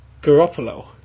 Garoppolo